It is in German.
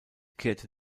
kehrte